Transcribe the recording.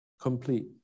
complete